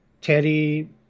Teddy